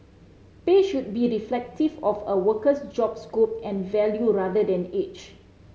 pay should be reflective of a worker's job scope and value rather than age